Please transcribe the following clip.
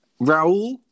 Raul